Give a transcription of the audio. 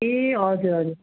ए हजुर हजुर